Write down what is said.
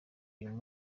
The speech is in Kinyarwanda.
uyu